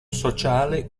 sociale